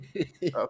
Okay